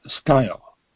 style